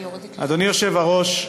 אדוני היושב-ראש,